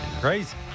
Crazy